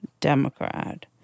Democrat